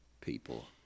people